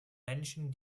menschen